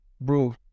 bro